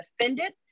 offended